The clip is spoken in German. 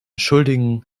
schuldigen